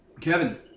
Kevin